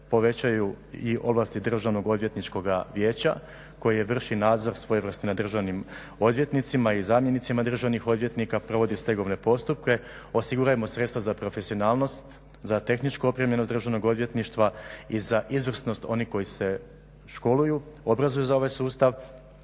povećaju i ovlasti Državnog odvjetničkoga vijeća koje vrši nadzor svojevrsni nad državnim odvjetnicima i zamjenicima državnih odvjetnika, provodi stegovne postupke, osigurajmo sredstva za profesionalnost, za tehničku opremljenost Državnog odvjetništva i za izvrsnost onih koji se školuju, obrazuju za ovaj sustav